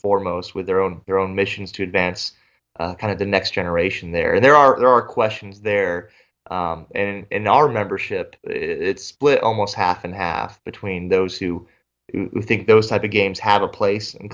foremost with their own their own missions to advance kind of the next generation there and there are there are questions there and our membership it's split almost half and half between those who think those type of games have a place and